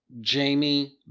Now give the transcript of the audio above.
Jamie